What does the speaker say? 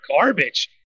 garbage